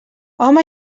home